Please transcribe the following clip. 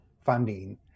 funding